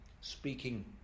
speaking